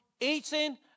eating